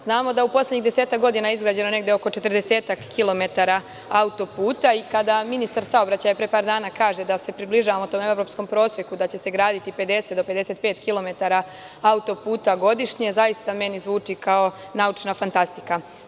Znamo da je u poslednjih desetak godina izgrađeno negde oko četrdesetak kilometara autoputa i kada ministar saobraćaja pre par dana kaže da se približavamo tom evropskom proseku, da će se graditi 50 do 55 kilometara autoputa godišnje, zaista meni zvuči kao naučna fantastika.